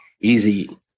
Easy